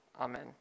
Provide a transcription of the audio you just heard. Amen